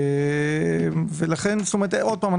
עוד פעם,